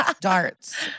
Darts